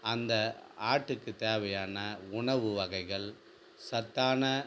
அந்த ஆட்டுக்குத் தேவையான உணவு வகைகள் சத்தான